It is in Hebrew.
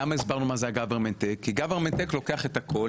למה הסברנו מה זה ה-?Government take כי Government take לוקח את הכל,